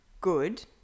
good